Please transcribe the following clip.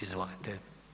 Izvolite.